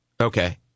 Okay